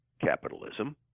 capitalism